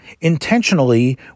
intentionally